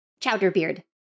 Chowderbeard